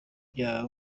vya